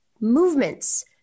movements